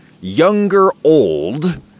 younger-old